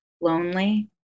lonely